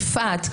יפעת.